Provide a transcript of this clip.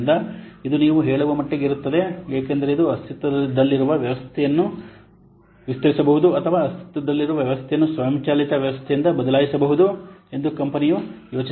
ಆದ್ದರಿಂದ ಇದು ನೀವು ಹೇಳುವ ಮಟ್ಟಿಗೆ ಇರುತ್ತದೆ ಏಕೆಂದರೆ ಇದು ಅಸ್ತಿತ್ವದಲ್ಲಿರುವ ವ್ಯವಸ್ಥೆಯನ್ನು ಅಸ್ತಿತ್ವದಲ್ಲಿರುವ ವ್ಯವಸ್ಥೆಯನ್ನು ವಿಸ್ತರಿಸಬಹುದು ಅಥವಾ ಅಸ್ತಿತ್ವದಲ್ಲಿರುವ ವ್ಯವಸ್ಥೆಯನ್ನು ಸ್ವಯಂಚಾಲಿತ ವ್ಯವಸ್ಥೆಯಿಂದ ಬದಲಾಯಿಸಬಹುದು ಎಂದು ಕಂಪನಿಯು ಯೋಚಿಸುತ್ತದೆ